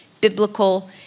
biblical